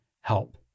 help